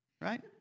Right